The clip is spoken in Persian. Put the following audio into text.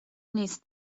نیست